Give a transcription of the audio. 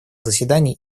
заседаний